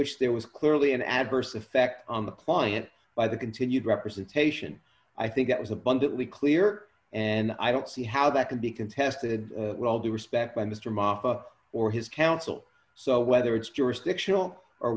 which there was clearly an adverse effect on the client by the continued representation i think that was abundantly clear and i don't see how that can be contested with all due respect by mr moffat or his counsel so whether it's